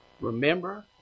Remember